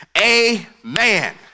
amen